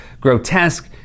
grotesque